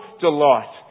delight